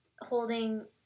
holding